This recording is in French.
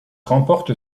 remporte